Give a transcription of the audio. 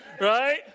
right